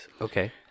Okay